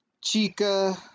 Chica